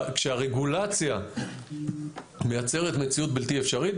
כשהרגולציה מייצרת מציאות בלתי אפשרית,